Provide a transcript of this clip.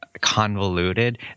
convoluted